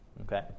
okay